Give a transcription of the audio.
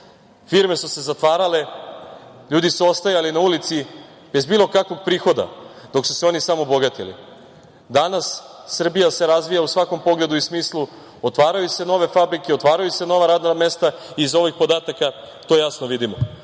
Firme su se zatvarale, ljudi su ostajali na ulici bez bilo kakvog prihoda, dok su se oni samo bogatili. Danas Srbija se razvija u svakom pogledu i smislu, otvaraju se nove fabrike, otvaraju se nova radna mesta i iz ovih podataka to jasno vidimo. Kada